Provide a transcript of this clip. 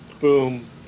boom